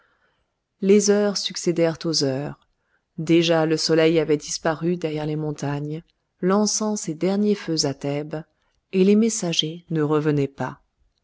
les heures succédèrent aux heures déjà le soleil avait disparu derrière les montagnes lançant ses derniers feux à thèbes et les messagers ne revenaient pas